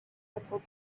little